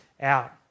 out